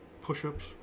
push-ups